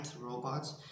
robots